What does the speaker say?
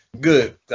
Good